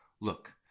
Look